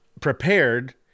prepared